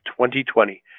2020